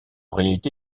réalité